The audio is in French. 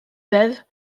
veuve